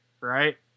right